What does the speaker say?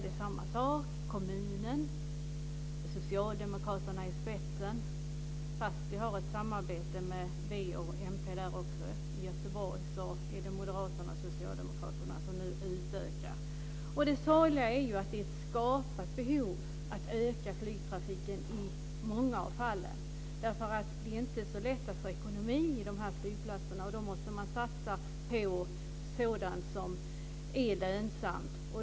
Där utökar nu kommunen, med socialdemokraterna i spetsen - trots ett samarbete med Vänsterpartiet och Miljöpartiet där - Det sorgliga är ju att det är ett skapat behov att öka flygtrafiken i många av fallen. Det är nämligen inte så lätt att få ekonomi i dessa flygplatser. Och då måste man satsa på sådant som är lönsamt.